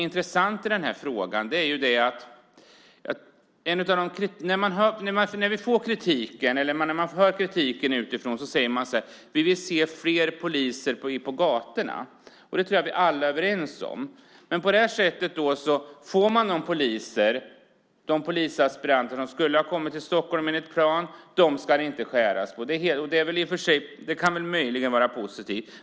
När man hör kritiken utifrån handlar den om att man vill se fler poliser på gatorna. Jag tror att vi alla är överens om det. Det ska inte skäras ned på det antal polisaspiranter som skulle ha kommit till Stockholm enligt plan. Det kan möjligen vara positivt.